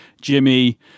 Jimmy